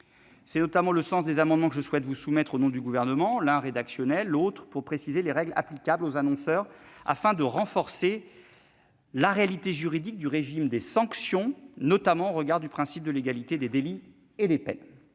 Tel est le sens des amendements que je souhaite vous soumettre au nom du Gouvernement ; l'un est rédactionnel, l'autre vise à préciser les règles applicables aux annonceurs afin de renforcer la réalité juridique du régime des sanctions, au regard notamment du principe de légalité des délits et des peines.